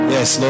Yes